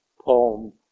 poem